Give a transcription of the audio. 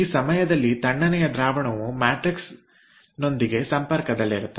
ಈ ಸಮಯದಲ್ಲಿ ತಣ್ಣನೆಯ ದ್ರಾವಣವು ಮ್ಯಾಟ್ರಿಕ್ಸ್ನೊಂದಿಗೆ ಸಂಪರ್ಕದಲ್ಲಿರುತ್ತದೆ